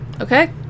Okay